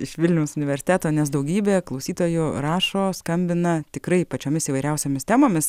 iš vilniaus universiteto nes daugybė klausytojų rašo skambina tikrai pačiomis įvairiausiomis temomis